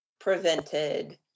prevented